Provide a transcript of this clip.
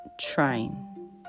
trying